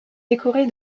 décoré